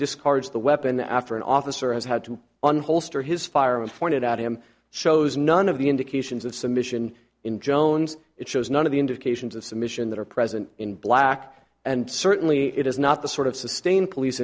the weapon after an officer has had to on holster his firearm pointed at him shows none of the indications of submission in jones it shows none of the indications of submission that are present in black and certainly it is not the sort of sustained police